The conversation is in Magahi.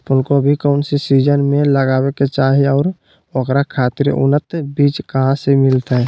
फूलगोभी कौन सीजन में लगावे के चाही और ओकरा खातिर उन्नत बिज कहा से मिलते?